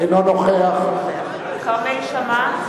אינו נוכח כרמל שאמה,